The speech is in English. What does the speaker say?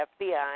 FBI